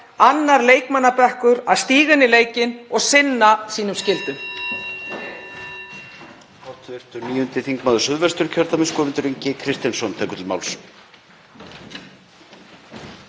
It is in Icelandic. annar leikmannabekkur að stíga inn í leikinn og sinna sínum skyldum.